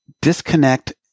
disconnect